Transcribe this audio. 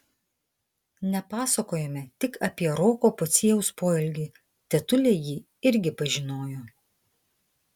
nepasakojome tik apie roko pociejaus poelgį tetulė jį irgi pažinojo